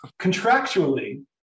Contractually